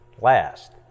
last